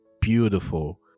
beautiful